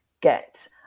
get